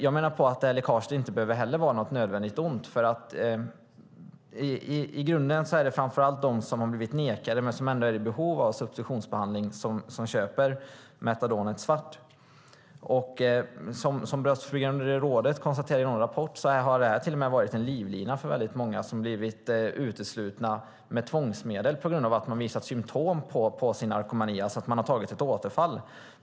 Jag menar att läckaget inte nödvändigt behöver vara något ont. I grunden är det framför allt de som har blivit nekade men ändå är i behov av substitutionsbehandling som köper metadonet svart. Brottsförebyggande rådet konstaterade i någon rapport att detta till och med har varit en livlina för väldigt många som blivit uteslutna med tvångsmedel på grund av att de visat symtom på sin narkomani, alltså att de har haft ett återfall.